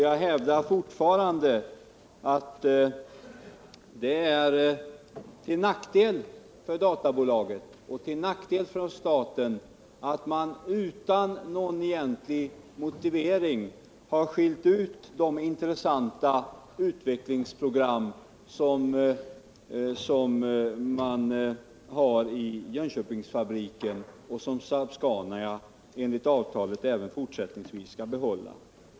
Jag hävdar fortfarande att det är en nackdel för databolagen och staten att man utan någon egentlig motivering har skilt ut de intressanta utvecklingsprogrammen vid Jönköpingsfabriken, som Saab-Scania AB enligt avtalet skall behålla även fortsättningsvis.